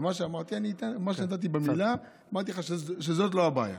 ומה שנתתי במילה, אמרתי לך שזאת לא הבעיה.